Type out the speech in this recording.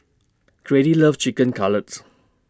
Grady loves Chicken Cutlet